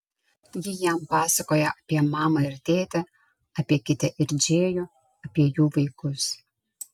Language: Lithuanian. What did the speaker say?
ji jam pasakoja apie mamą ir tėtį apie kitę ir džėjų apie jų vaikus